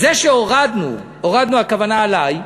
זה שהורדנו, "הורדנו", הכוונה אלי,